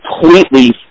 completely